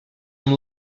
amb